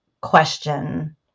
question